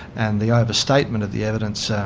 and the overstatement of the evidence, so